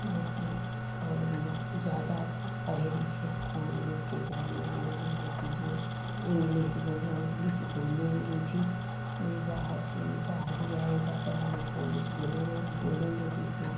जैसे और ज़्यादा पढे़ लिखे हम लोग के गाँव में नहीं हैं कि जो इंग्लिस बोले ऊ इंग्लिस बोलेंगे भी कोई बाहर से बाहरी आएगा पढ़ा लिखा इंग्लिस बोलेंगे बोलेंगे भी तो